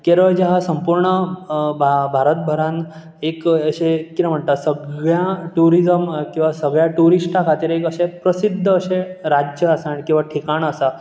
केरळ जें आसा संपूर्ण भा भारत भरान एक अशें कितें म्हणटा सगळ्या ट्युरिजम किंवा सगळ्या ट्युरिस्टां खातीर एक अशें प्रसिद्ध अशें राज्य आसा आनी किंवा ठिकाण आसा